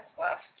left